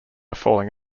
falling